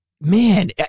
man